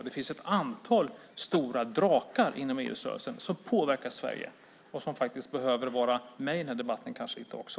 Det finns ett antal stora drakar inom idrottsrörelsen som påverkar Sverige och som faktiskt kanske behöver vara med i den här debatten också.